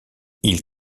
ils